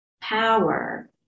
power